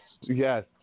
Yes